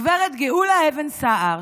גב' גאולה אבן סער,